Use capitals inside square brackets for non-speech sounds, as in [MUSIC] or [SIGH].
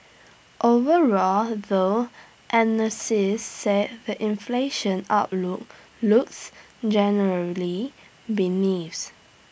overall though analysts say the inflation outlook looks generally [UNINTELLIGIBLE]